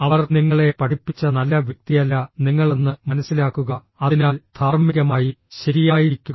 അവർ നിങ്ങളെ പഠിപ്പിച്ച നല്ല വ്യക്തിയല്ല നിങ്ങളെന്ന് മനസ്സിലാക്കുക അതിനാൽ ധാർമ്മികമായി ശരിയായിരിക്കുക